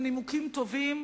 הם נימוקים טובים,